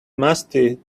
musty